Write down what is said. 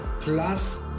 plus